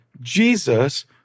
Jesus